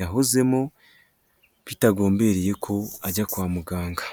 yahozemo, bitagombereye ko ajya kwa muganga.